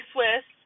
Swiss